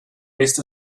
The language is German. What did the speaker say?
lässt